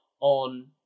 on